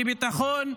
בביטחון,